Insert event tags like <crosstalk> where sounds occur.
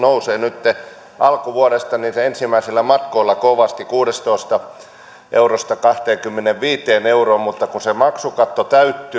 <unintelligible> nousee nytten alkuvuodesta niillä ensimmäisillä matkoilla kovasti kuudestatoista eurosta kahteenkymmeneenviiteen euroon mutta kun se maksukatto